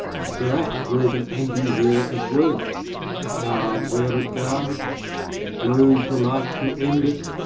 thereat arose an angry war of words guard railed at guard and blows were like to end it,